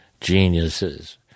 geniuses